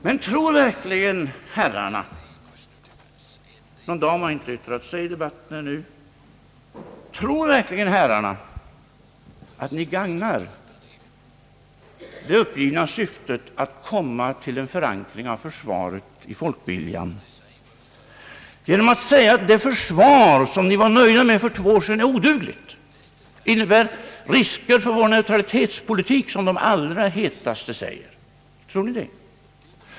Men tror verkligen herrarna — någon dam har ännu inte yttrat sig i debatten — att ni gagnar det uppgivna syftet att uppnå en förankring av försvaret i folkviljan genom att säga att det försvar som ni var nöjda med för två år sedan är odugligt och innebär — som de allra hetaste säger — risker för vår neutralitetspolitik? Tror ni det?